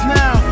now